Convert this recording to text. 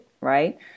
right